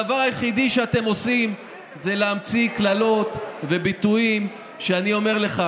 הדבר היחיד שאתם עושים זה להמציא קללות וביטויים שאני אומר לך,